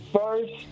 first